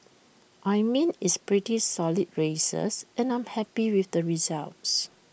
I mean it's pretty solid races and I'm happy with the results